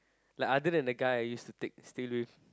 like other than the guy I use to take still with